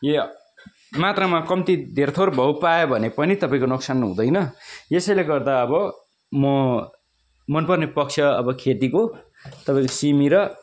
यो मात्रामा कम्ती धेर थोर भाउ पायो भने पनि तपाईँको नोकसान हुँदैन यसैले गर्दा अब म मन पर्ने पक्ष अब खेतीको तपाईँको सिमी र